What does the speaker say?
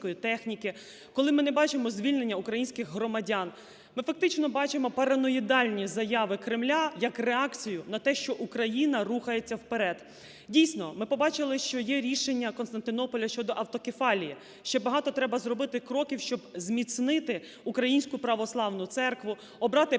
Дійсно, ми побачили, що є рішення Константинополя щодо автокефалії. Ще багато треба зробити кроків, щоб зміцнити Українську Православну Церкву, обрати Патріарха,